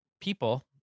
people